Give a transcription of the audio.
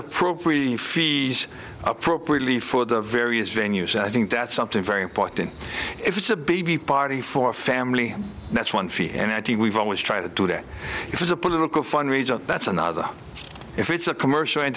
propre fees appropriately for the various venues i think that something very important if it's a baby party for a family that's one fee and i think we've always try to do that if it's a political fundraiser that's another if it's a commercial